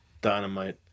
Dynamite